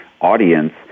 audience